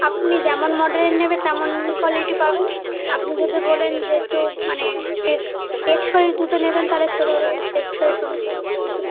আপনি যেমন মডেলের নেবে তেমন কোয়ালিটি পাবেন আপনি যদি বলেন যে একটু মানে টেক টেকসই জুতো নেবেন তালে সেভাবে টেকসই হ হবে